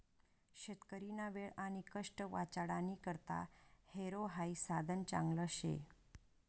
शेतकरीना वेळ आणि कष्ट वाचाडानी करता हॅरो हाई साधन चांगलं शे